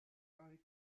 title